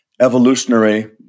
evolutionary